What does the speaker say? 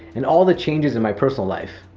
and all the changes in my personal life.